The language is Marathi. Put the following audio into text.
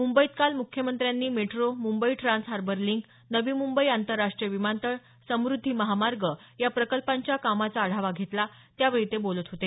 मुंबईत काल मुख्यमंत्र्यांनी metro Mumbai trans harbour link Navi Mumbai आंतरराष्ट्रीय विमानतळ समुद्धी महामार्ग या प्रकल्पांच्या कामाचा आढावा घेतला त्यावेळी ते बोलत होते